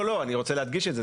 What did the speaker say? אני רוצה להדגיש את זה.